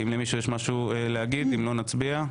אם למישהו יש משהו להגיד, בבקשה.